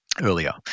earlier